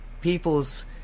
people's